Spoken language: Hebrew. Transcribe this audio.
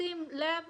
בשים לב